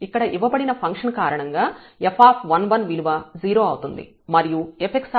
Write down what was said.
ఇక్కడ ఇవ్వబడిన ఫంక్షన్ కారణంగా f1 1 విలువ 0 అవుతుంది మరియు fx1 1 విలువ 12 అవుతుంది